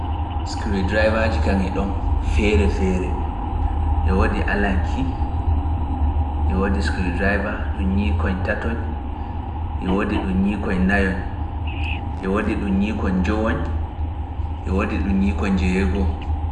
Sikiriwdireybaaji kam e ɗi ɗon feere-feere woodi alanki e woodi Sikiriwdireyba ɗum nyiikon tatoy, e woodi ɗum nyiikoy nayoy, e woodi ɗum nyiikon njowoy, e woodi ɗum nyiikon njoweego'o.